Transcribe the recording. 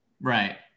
Right